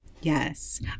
Yes